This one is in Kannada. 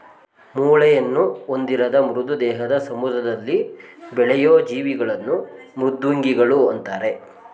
ಮೂಳೆಯನ್ನು ಹೊಂದಿರದ ಮೃದು ದೇಹದ ಸಮುದ್ರದಲ್ಲಿ ಬೆಳೆಯೂ ಜೀವಿಗಳನ್ನು ಮೃದ್ವಂಗಿಗಳು ಅಂತರೆ